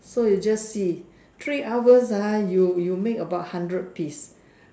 so you just see three hours ah you you make about hundred piece